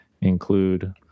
include